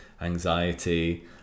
anxiety